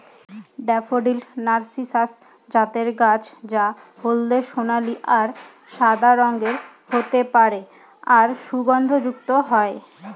daffodil narcissus জাতের গাছ যা হলদে সোনালী আর সাদা রঙের হতে পারে আর সুগন্ধযুক্ত হয়